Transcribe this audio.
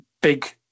Big